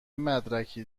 مدارکی